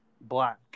black